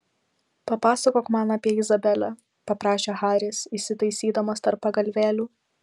papasakok man apie izabelę paprašė haris įsitaisydamas tarp pagalvėlių